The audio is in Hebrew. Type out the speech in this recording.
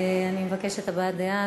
אני מבקשת, הבעת דעה.